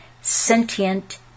Sentient